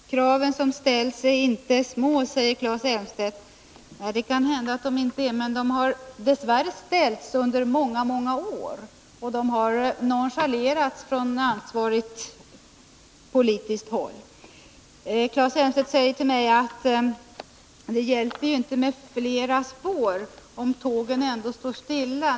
Fru talman! De krav som ställs är inte små, säger Claes Elmstedt. Nej, det kanske de inte är, men de har ställts under många år och dess värre nonchalerats från ansvarigt politiskt håll. Claes Elmstedt säger till mig att det inte hjälper med flera spår, om tågen ändå står stilla.